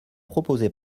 proposée